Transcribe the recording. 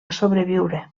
sobreviure